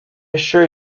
assure